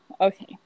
Okay